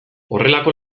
horrelako